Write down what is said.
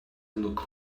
look